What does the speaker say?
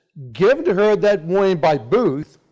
given to her that morning by booth,